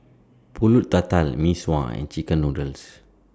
Pulut Tatal Mee Sua and Chicken Noodles